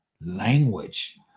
language